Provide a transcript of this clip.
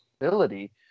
ability